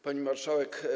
Pani Marszałek!